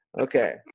Okay